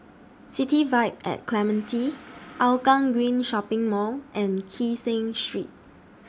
City Vibe At Clementi Hougang Green Shopping Mall and Kee Seng Street